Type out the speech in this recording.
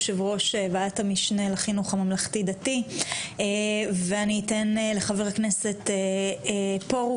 יושב ראש ועדת המשנה לחינוך הממלכתי-דתי ואני אתן לחבר הכנסת פרוש,